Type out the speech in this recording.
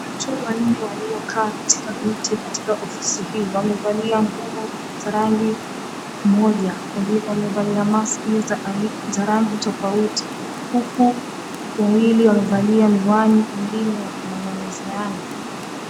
Watu wanne waliokaa katika viti katika ofisi hii wamevalia nguo za rangi moja, wamevalia mask za rangi tofauti huku wawili wamevalia miwani na wengine wakinong'onezeana.